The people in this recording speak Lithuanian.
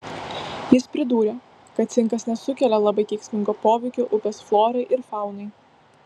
jis pridūrė kad cinkas nesukelia labai kenksmingo poveikio upės florai ir faunai